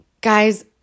guys